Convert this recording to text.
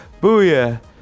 booyah